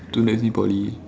too noisy in poly